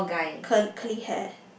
cur~ curly hair